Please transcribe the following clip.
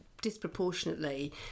disproportionately